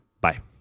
Bye